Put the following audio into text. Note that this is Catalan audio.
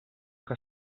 que